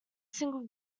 single